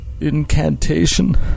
incantation